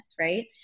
right